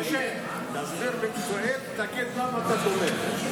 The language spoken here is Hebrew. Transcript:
משה, תסביר מקצועית, תגיד למה אתה תומך.